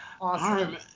Awesome